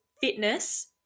fitness